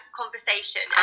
conversation